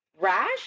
Rash